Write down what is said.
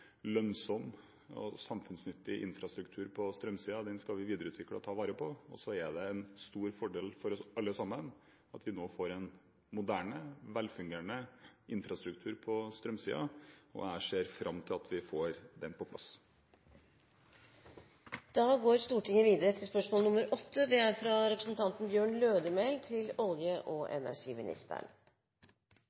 lønnsom og samfunnsnyttig infrastruktur på strømsiden, og den skal vi videreutvikle og ta vare på. Så er det en stor fordel for oss alle sammen at vi nå får en moderne og velfungerende infrastruktur på strømsiden, og jeg ser fram til at vi får den på plass. «I ein interpellasjonsdebatt som underteikna deltok i 2. februar 2010, var spørsmålet om regjeringa ville ta initiativ til